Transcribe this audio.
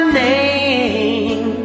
name